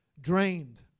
drained